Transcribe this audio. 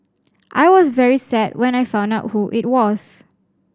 I was very sad when I found out who it was